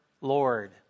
Lord